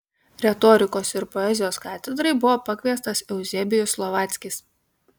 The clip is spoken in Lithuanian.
retorikos ir poezijos katedrai buvo pakviestas euzebijus slovackis